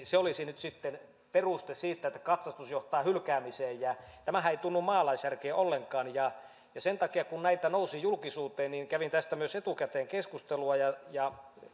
se olisi peruste siitä että katsastus johtaa hylkäämiseen tämähän ei mene maalaisjärkeen ollenkaan sen takia kun näitä nousi julkisuuteen kävin tästä myös etukäteen keskustelua ja ja